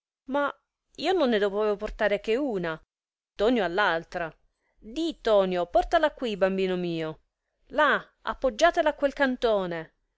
ma io non ne dovea portare che una tonio ha laltra dì tonio portala quì bambino mio là appoggiatela a quel cantone no